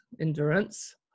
endurance